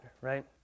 right